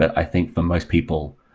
i think for most people,